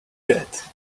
that